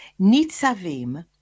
Nitzavim